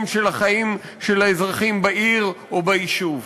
של החיים של האזרחיים בעיר או ביישוב,